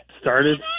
started